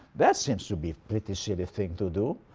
that seems to be a pretty silly thing to do.